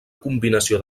combinació